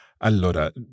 Allora